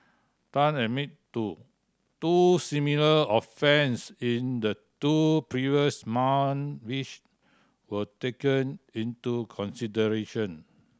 Tan admitted to two similar offence in the two previous months which were taken into consideration